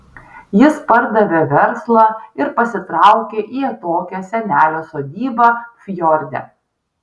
jis pardavė verslą ir pasitraukė į atokią senelio sodybą fjorde